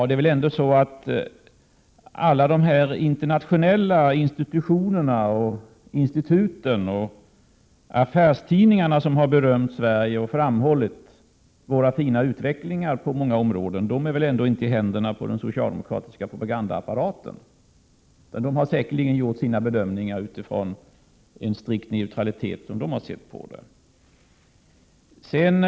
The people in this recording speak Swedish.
Det är väl ändå så att alla de internationella institutioner, institut och affärstidningar som har berömt Sverige och framhållit vår fina utveckling på många områden inte är i händerna på den socialdemokratiska propagandaapparaten. De har säkerligen gjort sina bedömningar utifrån en strikt neutralitet när de har sett på utvecklingen.